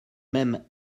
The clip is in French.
même